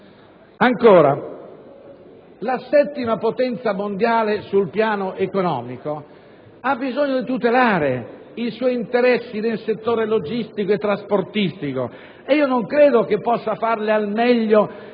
Italia. La settima potenza mondiale sul piano economico ha inoltre bisogno di tutelare i suoi interessi nel settore logistico e trasportistico e io non credo che possa farlo al meglio